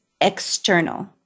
external